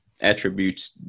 attributes